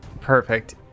Perfect